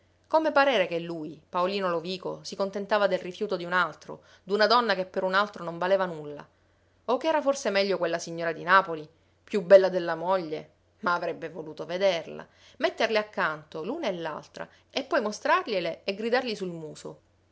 come parere che lui paolino lovico si contentava del rifiuto di un altro d'una donna che per un altro non valeva nulla oh che era forse meglio quella signora di napoli più bella della moglie ma avrebbe voluto vederla metterle accanto l'una e l'altra e poi mostrargliele e gridargli sul muso